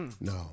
No